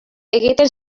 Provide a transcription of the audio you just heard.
egiten